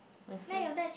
my phone